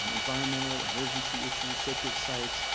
um environmental emergency issues, sacred sites,